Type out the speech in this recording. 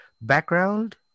background